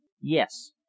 yes